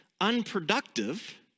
unproductive